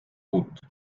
uut